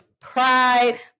pride